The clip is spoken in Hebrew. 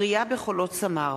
הכרייה בחולות סמר.